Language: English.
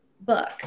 book